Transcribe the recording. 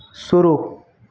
शुरू